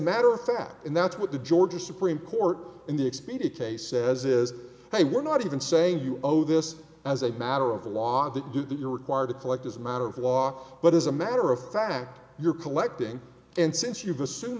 matter of fact and that's what the georgia supreme court in the expedia case says is they were not even saying you know this as a matter of law that you do you're required to collect as a matter of law but as a matter of fact you're collecting and since you've assume